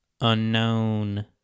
Unknown